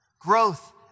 Growth